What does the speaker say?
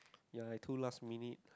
ya I too last minute